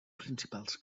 principals